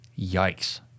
Yikes